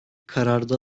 kararda